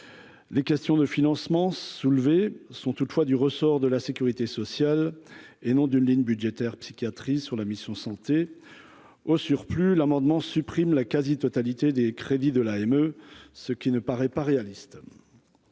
les questions de financement soulevés sont toutefois du ressort de la sécurité sociale et non d'une ligne budgétaire psychiatrie sur la mission Santé au surplus l'amendement supprime la quasi-totalité des crédits de l'AME, ce qui ne paraît pas réaliste